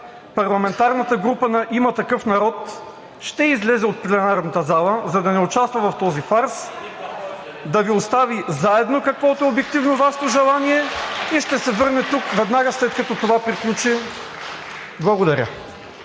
парламентарната група на „Има такъв народ“ ще излезе от пленарната зала, за да не участва в този фарс, да Ви остави заедно, каквото обективно е Вашето желание (ръкопляскания от ИТН) и ще се върне тук веднага, след като това приключи. Благодаря.